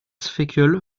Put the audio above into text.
fekl